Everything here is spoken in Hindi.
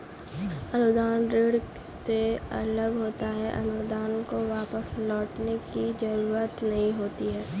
अनुदान ऋण से अलग होता है अनुदान को वापस लौटने की जरुरत नहीं होती है